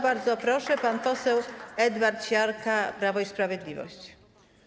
Bardzo proszę, pan poseł Edward Siarka, Prawo i Sprawiedliwość.